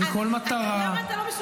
בכל מטרה,